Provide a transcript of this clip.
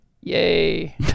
Yay